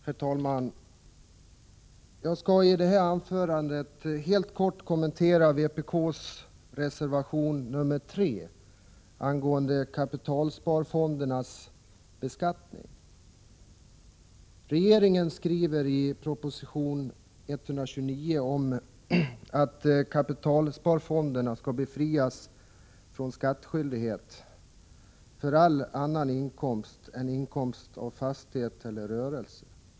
Herr talman! Jag skall i detta anförande helt kort kommentera vpk:s reservation nr 3 angående kapitalsparfondernas beskattning. Regeringen skriver i proposition 129 att kapitalsparfonderna skall befrias från skattskyldighet för all annan inkomst än inkomst av fastighet eller rörelse.